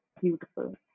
beautiful